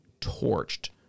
torched